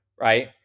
Right